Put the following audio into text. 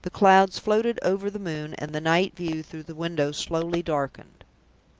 the clouds floated over the moon, and the night view through the window slowly darkened.